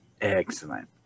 Excellent